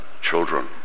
children